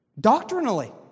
Doctrinally